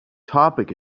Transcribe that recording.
topic